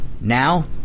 Now